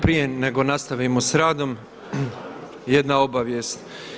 Prije nego nastavimo sa radom jedna obavijest.